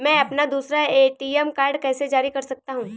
मैं अपना दूसरा ए.टी.एम कार्ड कैसे जारी कर सकता हूँ?